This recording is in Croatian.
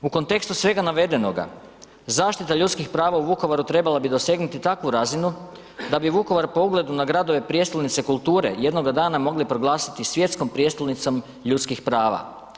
U kontekstu svega navedenoga, zaštita ljudskih prava u Vukovaru trebala bi dosegnuti takvu razinu da bi Vukovar po ugledu na gradove prijestolnice kulture jednoga dana mogli proglasiti svjetskom prijestolnicom ljudskih prava.